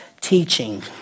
teaching